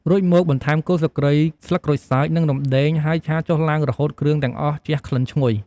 រួចមក បន្ថែមគល់ស្លឹកគ្រៃ ស្លឹកក្រូចសើច និងរំដេង ហើយឆាចុះឡើង រហូតគ្រឿងទាំងអស់ជះក្លិនឈ្ងុយ។